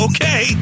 Okay